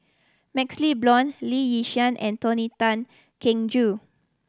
MaxLe Blond Lee Yi Shyan and Tony Tan Keng Joo